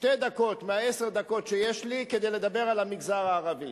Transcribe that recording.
שתי דקות מעשר הדקות שיש לי כדי לדבר על המגזר הערבי.